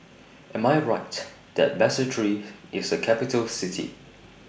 Am I Right that Basseterre IS A Capital City